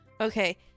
Okay